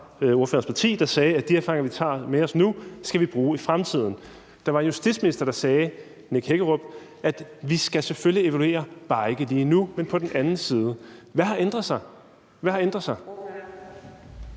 er fra ordførerens parti, at de erfaringer, vi tager med os nu, skal vi bruge i fremtiden. Der var en justitsminister, Nick Hækkerup, der sagde, at vi selvfølgelig skal evaluere, bare ikke lige nu, men når vi var på den anden side. Hvad har ændret sig?